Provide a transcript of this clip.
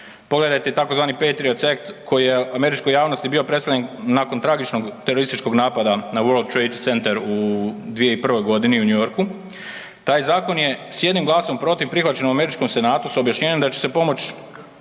Pogledajte tzv. …/nerazumljivo/… koji je američkoj javnosti bio predstavljen nakon tragičnog terorističkog napada na World Trade Center u 2001. godini u New Yorku, taj zakon je s jednim glasom protiv prihvaćen u američkom senatu s objašnjenjem da će se pomoći,